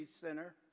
center